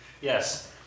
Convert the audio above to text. Yes